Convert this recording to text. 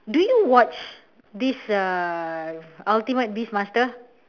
do you watch this uh ultimate beast master